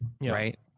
right